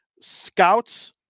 Scouts